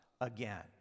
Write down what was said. again